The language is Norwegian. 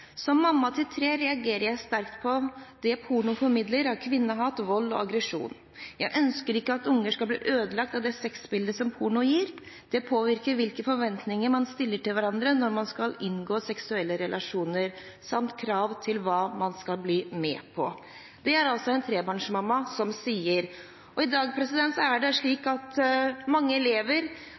mamma til tre reagerer jeg sterkt på det pornoen formidler av kvinnehat, vold og aggresjon. Jeg ønsker ikke at unge skal bli ødelagt av det sex-bildet som porno gir. Det påvirker hvilke forventninger man stiller til hverandre når man skal inngå seksuelle relasjoner, samt krav til hva man skal bli med på.» Det er altså en trebarnsmamma som sier dette. I dag er det slik at mange